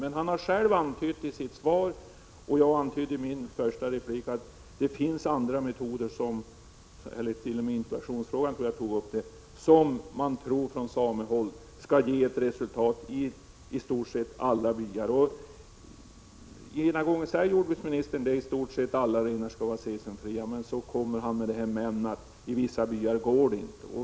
Men jordbruksministern har antytt i sitt svar och jag har i min första replik anfört att det finns andra metoder som man på samehåll, bl.a. med hänsyn till inkubationstiden, tror skall ge goda resultat i i stort sett alla byar. Jordbruksministern säger ena gången att i stort sett alla renar kommer att bli cesiumfria, men andra gången att detta ändå inte är möjligt i vissa byar.